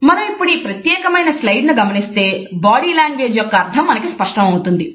మనం ఈ ప్రత్యేకమైన స్లైడ్ ను గమనిస్తే బాడీ లాంగ్వేజ్ యొక్క అర్థం మనకు స్పష్టమౌతుంది